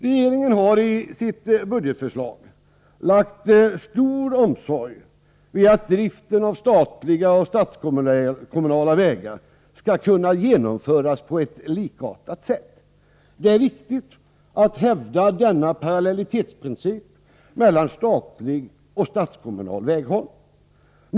Regeringen har i sitt budgetförslag lagt stor omsorg vid att driften av statliga och statskommunala vägar skall kunna genomföras på ett likartat sätt. Det är viktigt att hävda denna parallellitetsprincip mellan statlig och statskommunal väghållning.